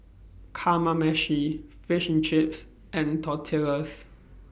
Kamameshi Fish and Chips and Tortillas